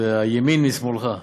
זה הימין, משמאלך.